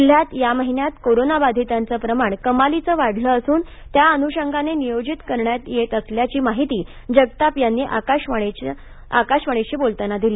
जिल्ह्यात या महिन्यात कोरोनाबाधितांचे प्रमाण कमालीचे वाढलं असून त्य अनुषंगाने नियोजन करण्यात येत असल्याची माहिती जगताप यांनी आकाशवाणीशी बोलताना दिली